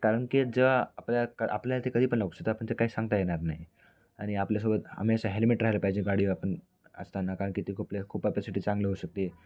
कारण की जेव्हा आपल्या क आपल्याला ते कधीपण लक्षात शकत आपण ते काही सांगता येणार नाही आणि आपल्यासोबत हमेशा हेल्मेट रहायला पाहिजे गाडी आपण असताना कारण की ते खूप खूप कॅपॅसिटी चांगली होऊ शकते